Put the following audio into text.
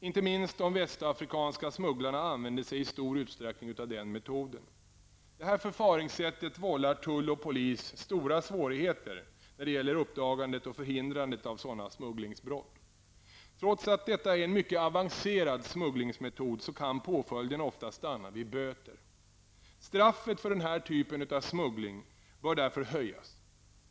Inte minst de västafrikanska smugglarna använder sig i stor utsträckning av den metoden. Detta förfaringssätt vållar tull och polis stora svårigheter när det gäller uppdagandet och förhindrandet av smugglingsbrottet. Trots att detta är en mycket avancerad smugglingsmetod kan påföljden ofta stanna vid böter. Straffet för denna typ av smuggling bör därför höjas.